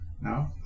No